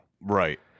Right